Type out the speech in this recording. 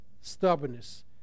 stubbornness